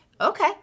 okay